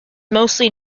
mostly